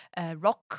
rock